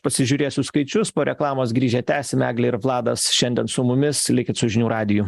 pasižiūrėsiu skaičius po reklamos grįžę tęsim eglė ir vladas šiandien su mumis likit su žinių radiju